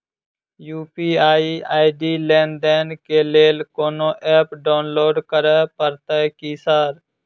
UPI ID लेनदेन केँ लेल कोनो ऐप डाउनलोड करऽ पड़तय की सर?